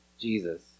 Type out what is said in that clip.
Jesus